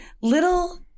little